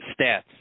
stats